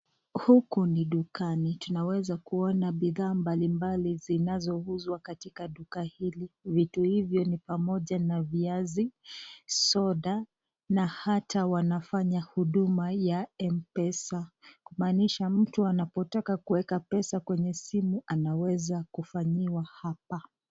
Huku ni dukani, tunaweza kuona bidhaa mbalimbali ziinazo uzwa katika duka hili. Vitu hivyo ni pamoja na viazi, soda na hata wanafanya huduma ya Mpesa. Kumanisha mtu anapo taka kuweka pesa kwenye simu anaweza kufanyiwa hapa.